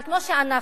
אבל כמו שאנחנו,